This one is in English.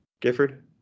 Gifford